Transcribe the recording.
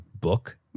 book